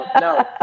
No